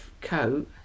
coat